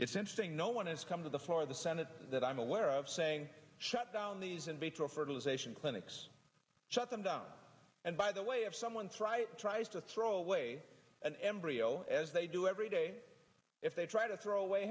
it's interesting no one has come to the floor of the senate that i'm aware of saying shut down these in vitro fertilization clinics shut them down and by the way of someone's right tries to throw away an embryo as they do every day if they try to throw away